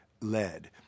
led